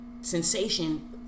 sensation